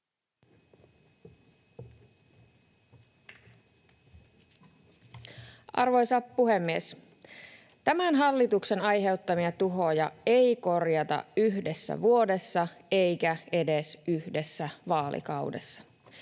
Arvoisa puhemies! Tämän hallituksen aiheuttamia tuhoja ei korjata yhdessä vuodessa eikä edes yhdessä vaalikaudessa.